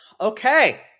Okay